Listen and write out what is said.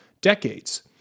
decades